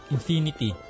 Infinity